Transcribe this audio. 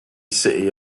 city